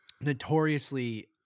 notoriously